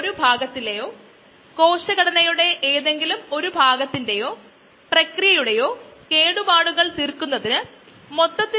ഒരു ജീവി ഒരു സബ്സ്ട്രേറ്റ് എന്നിങ്ങനെ ഒരു പരിമിതപ്പെടുത്തുന്ന സബ്സ്ട്രേറ്റും